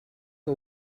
que